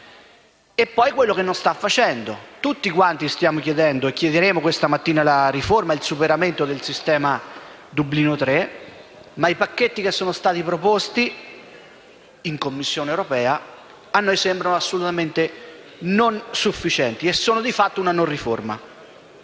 c'è quello che non sta facendo. Tutti stiamo chiedendo e chiederemo questa mattina la riforma, il superamento del sistema Dublino III; ma i pacchetti proposti in Commissione europea a noi sembrano assolutamente non sufficienti e sono, di fatto, una non riforma.